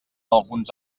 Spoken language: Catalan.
alguns